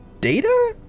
data